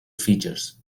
features